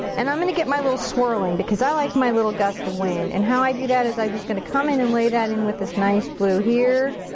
and i'm gonna get my little swirl in because i like my little gust of wind and how i do that is i'm just gonna come in and lay that in with this nice blue here.